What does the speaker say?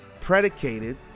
predicated